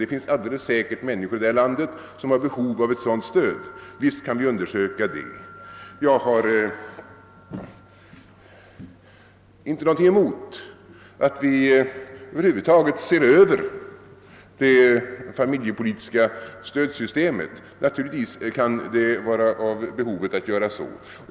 Det finns alldeles säkert människor i detta land som behöver ett sådant stöd. Jag har över huvud taget ingenting emot att vi ser över det familjepolitiska systemet; naturligtvis kan det finnas motiv att göra det.